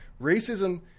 racism